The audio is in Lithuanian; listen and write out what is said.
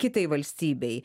kitai valstybei